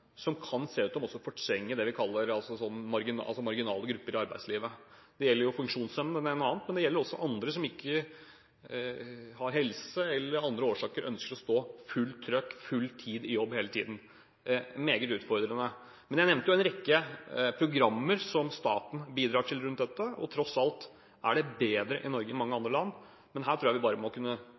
arbeidskraft, kan være at det vi kaller marginale grupper i arbeidslivet, blir fortrengt. Det gjelder funksjonshemmede mer enn noen andre, men det gjelder også andre som ikke har helse til, eller som av andre årsaker ikke ønsker fullt trøkk – å stå i full jobb hele tiden. Det er meget utfordrende. Jeg nevnte en rekke programmer som staten bidrar til når det gjelder dette – tross alt er det bedre i Norge enn i mange andre land. Jeg tror vi bare må kunne